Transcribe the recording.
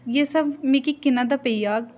एह् सब मिगी किन्ने दा पेई जाह्ग